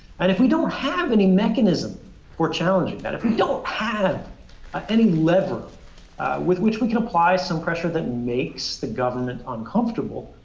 and if we don't have any mechanism for challenging that, if we don't have any lever with which we can apply some pressure that makes the government uncomfortable,